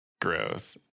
Gross